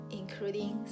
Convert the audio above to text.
including